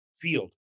field